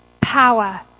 power